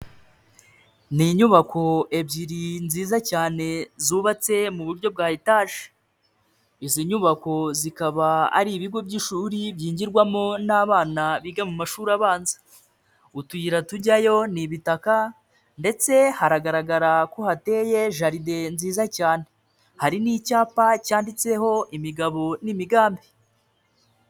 Ni inyubako ebyiri nziza cyane zubatse mu buryo bwa etage, izi nyubako zikaba ari ibigo by'ishuri byigirwamo n'abana biga mu mashuri abanza, utuyira tujyayo ni ibitaka ndetse haragaragara ko hateye jaride nziza cyane, hari n'icyapa cyanditseho imigabo n'imigambi.